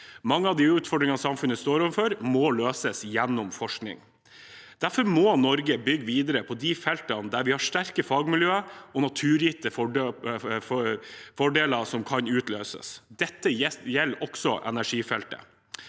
Mange av de utfordringene samfunnet står overfor, må løses gjennom forskning. Derfor må Norge bygge videre på de feltene der vi har sterke fagmiljøer og naturgitte fordeler som kan utløses. Dette gjelder også energifeltet.